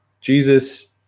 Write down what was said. Jesus